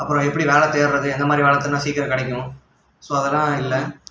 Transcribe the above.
அப்புறம் எப்படி வேலை தேடுறது எந்த மாதிரி வேலை தேடுனால் சீக்கிரம் கிடைக்கும் ஸோ அதெல்லாம் இல்லை